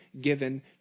given